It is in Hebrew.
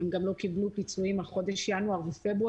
הם גם לא קיבלו פיצויים על חודש ינואר ופברואר,